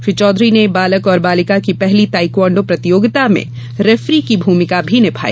श्री चौधरी ने बालक और बालिका की पहली ताईक्वांडो प्रतियोगिता में रेफरी की भूमिका भी निभाई